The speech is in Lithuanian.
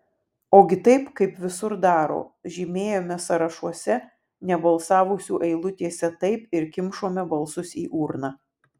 ogi taip kaip visur daro žymėjome sąrašuose nebalsavusių eilutėse taip ir kimšome balsus į urną